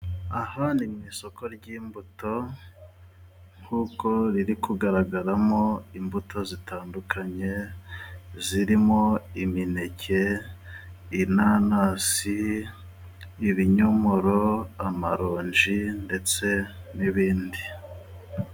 Aha ni mu isoko ry'imbuto nk'uko riri kugaragaramo imbuto zitandukanye zirimo imineke, inanasi, ibinyomoro, amaronji ndetse n'izindi.